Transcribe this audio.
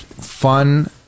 Fun